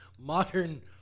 Modern